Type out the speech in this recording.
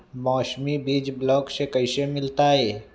मौसमी बीज ब्लॉक से कैसे मिलताई?